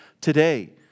today